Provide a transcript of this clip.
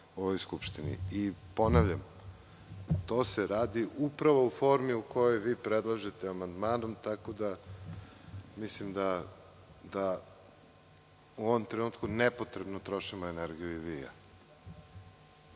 ovoj Skupštini. To se radi upravo u formi u kojoj vi predlažete amandmanom, pa mislim da u ovom trenutku nepotrebno trošimo energiju vi